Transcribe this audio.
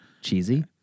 Cheesy